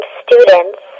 students